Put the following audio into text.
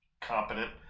competent